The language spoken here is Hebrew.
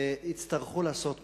יצטרכו לעשות משהו.